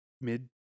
mid